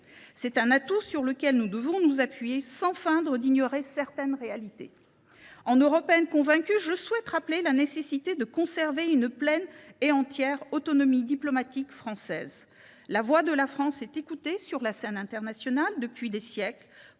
C’est un atout sur lequel nous devons nous appuyer, sans feindre d’ignorer certaines réalités. En Européenne convaincue, je souhaite rappeler la nécessité de conserver une pleine et entière autonomie diplomatique française. La voix de la France, qui fait valoir ses intérêts et sa